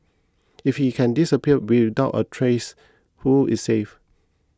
if he can disappear without a trace who is safe